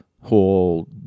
whole